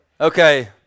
okay